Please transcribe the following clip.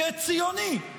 כציוני,